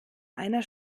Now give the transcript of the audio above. einer